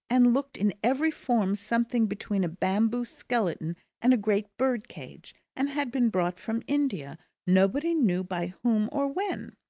and looked in every form something between a bamboo skeleton and a great bird-cage, and had been brought from india nobody knew by whom or when.